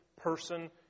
person